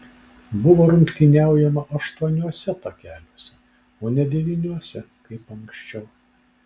buvo rungtyniaujama aštuoniuose takeliuose o ne devyniuose kaip anksčiau